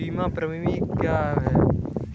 बीमा प्रीमियम क्या है?